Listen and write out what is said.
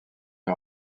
est